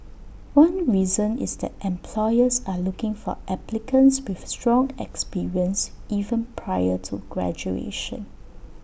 one reason is that employers are looking for applicants with strong experience even prior to graduation